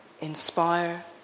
Inspire